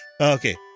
Okay